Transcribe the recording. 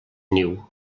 niu